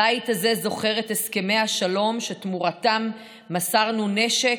הבית הזה זוכר את הסכמי השלום שתמורתם מסרנו נשק,